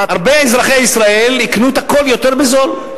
הרבה אזרחי ישראל יקנו את הכול יותר בזול.